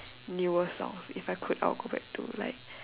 newer songs if I could I'll go back to like